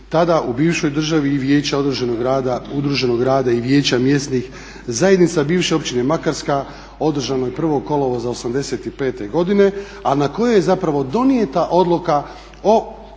tada u bivšoj državi i vijeća udruženog rada i vijeća mjesnih zajednica bivše općine Makarska održanoj 1.kolovoza 1985.godine a na kojoj je zapravo donijeta odluka o